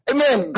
Amen